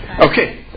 Okay